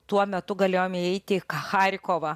tuo metu galėjom įeiti į charkovą